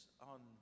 on